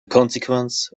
consequence